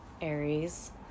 Aries